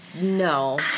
no